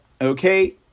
Okay